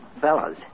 Fellas